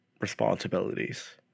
responsibilities